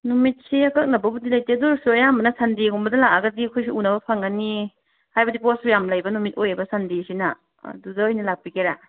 ꯅꯨꯃꯤꯠꯁꯤ ꯑꯀꯛꯅꯕꯕꯨꯗꯤ ꯂꯩꯇꯦ ꯑꯗꯨ ꯑꯣꯏꯔꯁꯨ ꯑꯌꯥꯝꯕꯅ ꯁꯟꯗꯦꯒꯨꯝꯕꯗ ꯂꯥꯛꯑꯒꯗꯤ ꯑꯩꯈꯣꯏꯁꯨ ꯎꯅꯕ ꯐꯪꯒꯅꯤ ꯍꯥꯏꯕꯗꯤ ꯄꯣꯠꯁꯨ ꯌꯥꯝ ꯂꯩꯕ ꯅꯨꯃꯤꯠ ꯑꯣꯏꯑꯦꯕ ꯁꯟꯗꯦꯁꯤꯅ ꯑꯗꯨꯗ ꯑꯣꯏꯅ ꯂꯥꯛꯄꯤꯒꯦꯔꯥ